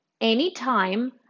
Anytime